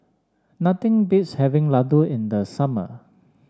nothing beats having Ladoo in the summer